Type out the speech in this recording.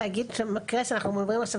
להגיד שהמקרה שאנחנו מדברים עליו עכשיו,